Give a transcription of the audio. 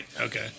Okay